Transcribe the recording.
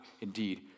Indeed